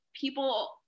people